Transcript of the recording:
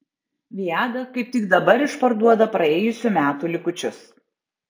viada kaip tik dabar išparduoda praėjusių metų likučius